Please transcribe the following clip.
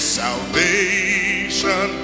salvation